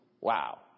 Wow